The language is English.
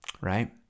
right